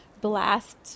blast